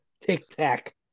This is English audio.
tic-tac